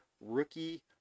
Rookie